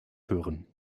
hören